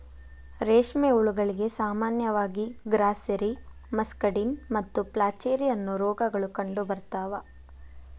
ರೇಷ್ಮೆ ಹುಳಗಳಿಗೆ ಸಾಮಾನ್ಯವಾಗಿ ಗ್ರಾಸ್ಸೆರಿ, ಮಸ್ಕಡಿನ್ ಮತ್ತು ಫ್ಲಾಚೆರಿ, ಅನ್ನೋ ರೋಗಗಳು ಕಂಡುಬರ್ತಾವ